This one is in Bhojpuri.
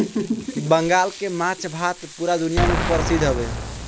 बंगाल के माछ भात पूरा दुनिया में परसिद्ध हवे